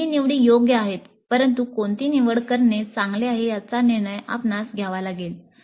दोन्ही निवडी योग्य आहेत परंतु कोणती निवड करणे चांगले आहे याचा निर्णय आपणास घ्यावा लागेल